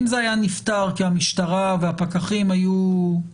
אם זה היה נפתר כי המשטרה והפקחים היו,